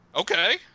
Okay